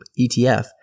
ETF